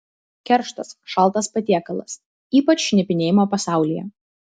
kerštas šaltas patiekalas ypač šnipinėjimo pasaulyje